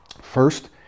first